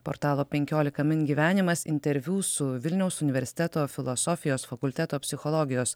portalo penkiolika min gyvenimas interviu su vilniaus universiteto filosofijos fakulteto psichologijos